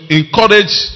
encourage